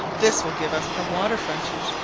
this will give us a water frontage,